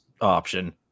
option